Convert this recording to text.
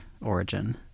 origin